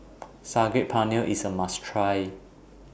Saag Paneer IS A must Try